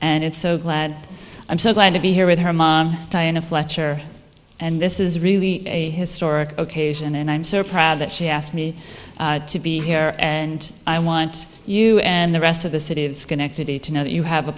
and so glad i'm so glad to be here with her mom in a fletcher and this is really a historic occasion and i'm so proud that she asked me to be here and i want you and the rest of the city of schenectady to know that you have a